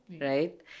right